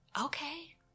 okay